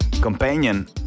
companion